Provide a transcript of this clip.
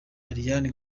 ariana